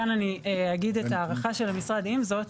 כאן אני אגיד את ההערכה של המשרד עם זאת,